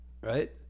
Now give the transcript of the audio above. Right